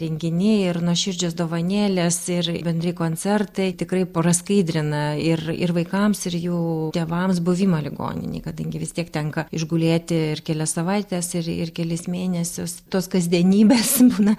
renginiai ir nuoširdžios dovanėlės ir bendri koncertai tikrai praskaidrina ir ir vaikams ir jų tėvams buvimą ligoninėj kadangi vis tiek tenka išgulėti ir kelias savaites ir ir kelis mėnesius tos kasdienybės būna